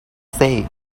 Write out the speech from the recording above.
say